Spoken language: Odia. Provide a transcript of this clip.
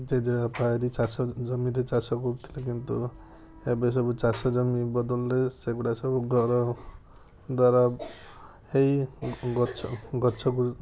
ଜେଜେବାପା ଚାଷ ଜମିରେ ଚାଷ କରୁଥିଲେ କିନ୍ତୁ ଏବେ ସବୁ ଚାଷ ଜମି ବଦଳରେ ସେଗୁଡ଼ାକ ସବୁ ଘରଦ୍ୱାର ହେଇ ଗଛ ଗଛକୁ